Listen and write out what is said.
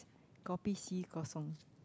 kopi C Kosong